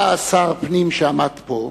היה שר פנים שעמד פה,